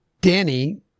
Danny